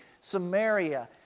Samaria